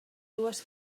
dues